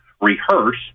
rehearse